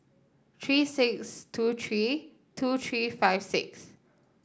three six two three two three five six